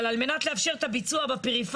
אבל על מנת לאפשר את הביצוע בפריפריה